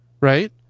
right